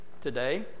today